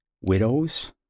widows